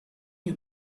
you